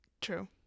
True